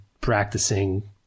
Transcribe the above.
practicing